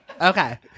Okay